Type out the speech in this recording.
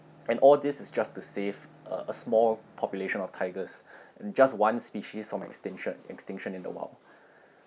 and all this is just to save uh a small population of tigers and just one species from extinction extinction in the wild